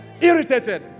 irritated